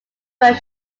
film